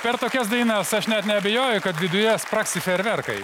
per tokias dainas aš net neabejoju kad viduje spragsi fejerverkai